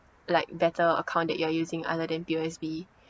like better account that you are using other than P_O_S_B